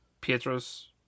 Pietro's